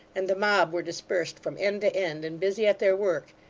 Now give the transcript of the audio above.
and the mob were dispersed from end to end, and busy at their work,